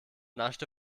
naschte